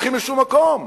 הולכים לשום מקום.